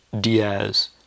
Diaz